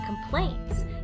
complaints